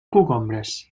cogombres